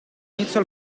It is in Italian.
inizio